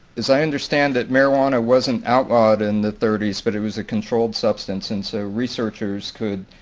as i understand, that marijuana wasn't outlawed in the thirty s but it was a controlled substance and so researchers could